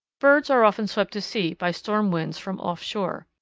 birds are often swept to sea by storm winds from off shore.